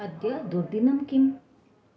अद्य दुर्दिनं किम्